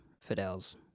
Fidel's